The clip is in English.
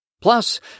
Plus